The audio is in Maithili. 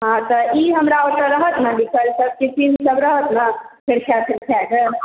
हँ तऽ ई हमरा ओतऽ रहत न लिखल सभकिछु चिन्हसभ रहत ने फेरचाँ फेरचाँकऽ